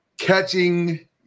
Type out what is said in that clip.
Catching